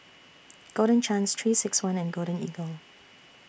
Golden Chance three six one and Golden Eagle